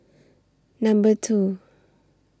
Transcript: Number two